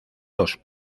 los